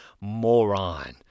moron